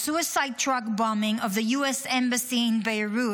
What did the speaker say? a suicide truck bombing of the US Embassy in Beirut